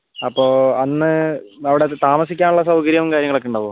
അപ്പോൾ അന്ന് അവിടെയൊക്കെ താമസിക്കാനുള്ള സൗകര്യം കാര്യങ്ങളൊക്കെ ഉണ്ടാവുമോ